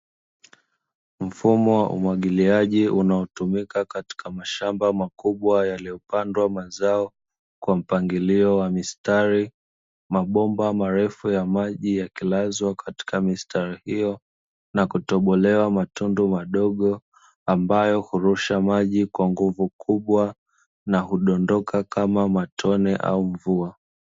Mfumo wa umwagiliaji unaotumika katika mashamba makubwa yaliopandwa mazao kwa mpangilio wa mistari, mabomba marefu ya maji yakilalazwa katika mistari hiyo, na kutobolewa matundu madogo ambayo hurusha maji kwa nguvu kubwa, na hudondoka kama matone au mvua.